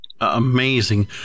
Amazing